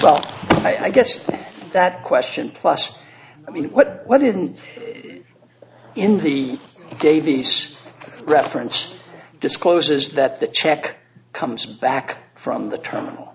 well i guess that question plus i mean what wasn't in the davies reference discloses that the check comes back from the terminal